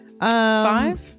Five